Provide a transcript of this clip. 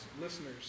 listeners